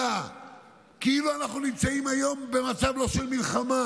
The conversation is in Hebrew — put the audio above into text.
נעולה כאילו אנחנו לא נמצאים היום במצב של מלחמה,